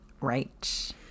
right